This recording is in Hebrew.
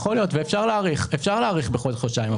יכול להיות, ואפשר להאריך בחודש חודשיים.